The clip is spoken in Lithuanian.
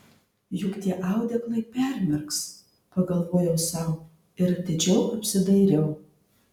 juk tie audeklai permirks pagalvojau sau ir atidžiau apsidairiau